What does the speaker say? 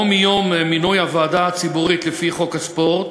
או מיום מינוי הוועדה הציבורית לפי חוק הספורט,